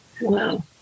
Wow